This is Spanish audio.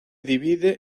divide